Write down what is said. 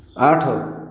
ଆଠ